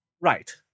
right